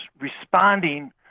responding